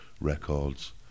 records